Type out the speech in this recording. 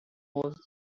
was